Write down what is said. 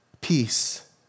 peace